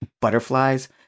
Butterflies